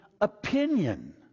opinion